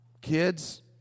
Kids